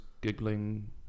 giggling